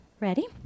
Ready